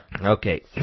Okay